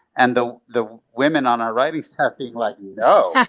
and the the women on our writing staff being like, no. yeah